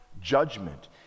judgment